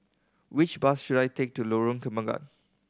which bus should I take to Lorong Kembagan